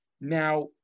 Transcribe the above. Now